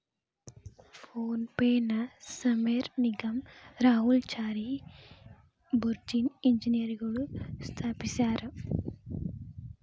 phone ಪೆನ ಸಮೇರ್ ನಿಗಮ್ ರಾಹುಲ್ ಚಾರಿ ಬುರ್ಜಿನ್ ಇಂಜಿನಿಯರ್ಗಳು ಸ್ಥಾಪಿಸ್ಯರಾ